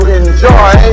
enjoy